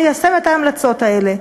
יישם את ההמלצות האלה.